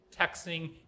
texting